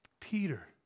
Peter